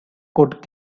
could